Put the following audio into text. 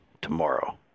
tomorrow